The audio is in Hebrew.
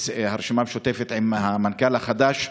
לרשימה המשותפת, עם המנכ"ל החדש,